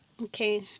Okay